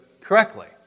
correctly